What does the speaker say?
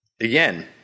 Again